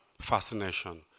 fascination